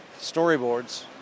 storyboards